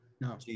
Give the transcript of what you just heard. No